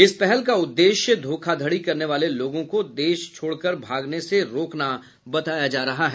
इस पहल का उद्देश्य धोखाधड़ी करने वाले लोगों को देश छोड़कर भागने से रोकना बताया जा रहा है